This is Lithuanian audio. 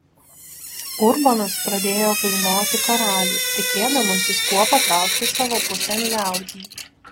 urbonas pradėjo vainoti karalių tikėdamasis tuo patraukti savo pusėn liaudį